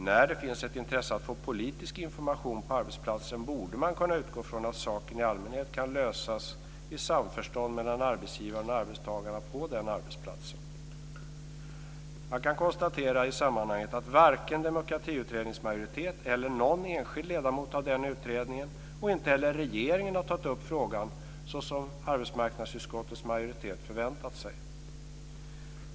När det finns ett intresse att få politisk information på arbetsplatsen borde man kunna utgå från att saken i allmänhet kan lösas i samförstånd mellan arbetsgivaren och arbetstagaren på den arbetsplatsen. Man kan konstatera i sammanhanget att varken Demokratiutredningens majoritet eller någon enskild ledamot av den utredningen, och inte heller regeringen, har tagit upp frågan såsom arbetsmarknadsutskottets majoritet förväntat sig.